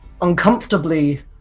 uncomfortably